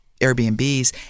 Airbnbs